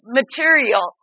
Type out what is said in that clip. material